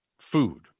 Food